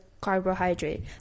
carbohydrate